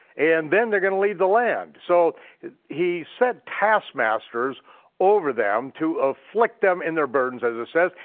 and then they're gonna leave the land. so he set taskmasters over them to afflict them in their burdens, as it says,